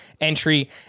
entry